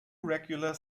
regular